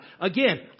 Again